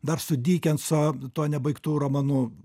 dar su dikenso tuo nebaigtu romanu